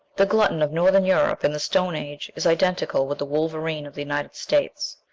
the glutton of northern europe, in the stone age, is identical with the wolverine of the united states.